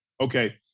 Okay